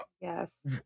Yes